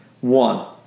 One